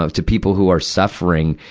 ah to people who are suffering,